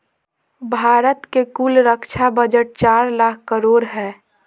भारत के कुल रक्षा बजट चार लाख करोड़ हय